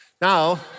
Now